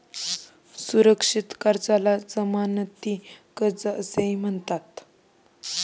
सुरक्षित कर्जाला जमानती कर्ज असेही म्हणतात